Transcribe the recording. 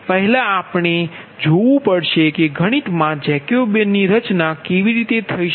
પહેલા આપણી જોવુ પડસે કે ગણિતમા જેકોબીયન ની રચના કેવી રીતે થઈ શકે